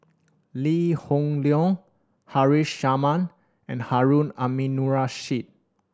Lee Hoon Leong Haresh Sharma and Harun Aminurrashid